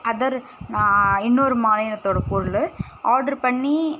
other நான் இன்னொரு மாநிலத்தோடய பொருள் ஆட்ரு பண்ணி